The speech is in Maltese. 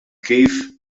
kif